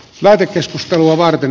lähetekeskustelua varten